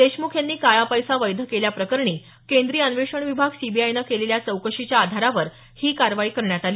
देशमुख यांनी काळा पैसा वैध केल्याप्रकरणी केंद्रीय अन्वेषण विभाग सीबीआयनं केलेल्या चौकशीच्या आधारावर ही कारवाई करण्यात आली